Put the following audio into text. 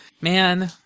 Man